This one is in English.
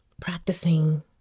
practicing